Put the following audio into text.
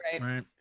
Right